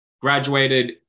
Graduated